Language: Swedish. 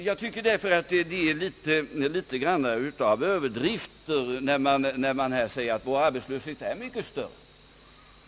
Jag tycker därför att det är litet grand av överdrifter när man säger att vår arbetslöshet är mycket större.